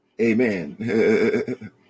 amen